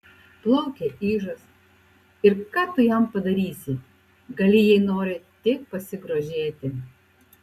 plaukia ižas ir ką tu jam padarysi gali jei nori tik pasigrožėti